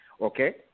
Okay